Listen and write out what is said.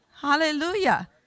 Hallelujah